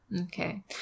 Okay